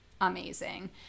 amazing